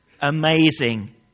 amazing